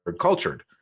cultured